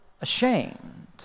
ashamed